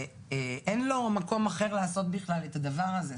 ואין לו מקום אחר לעשות בכלל את הדבר הזה.